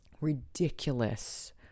ridiculous